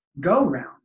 go-round